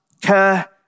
care